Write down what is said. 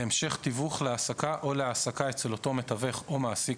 תיווך להעסקה או להעסקה אצל אותו מתווך או מעסיק,